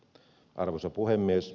arvoisa puhemies